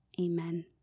Amen